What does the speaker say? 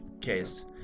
case